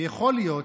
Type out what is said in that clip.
יכול להיות,